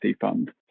fund